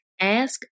Ask